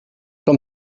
com